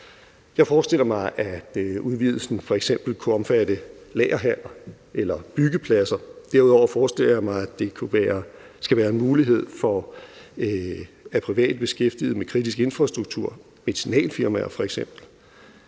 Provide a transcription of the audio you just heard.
Jeg forestiller mig, at udvidelsen f.eks. kunne omfatte lagerhaller eller byggepladser. Derudover forestiller jeg mig, at det skal være en mulighed for private beskæftiget med kritisk infrastruktur, medicinalfirmaer